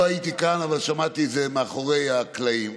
לא הייתי כאן, אבל שמעתי את זה מאחורי הקלעים.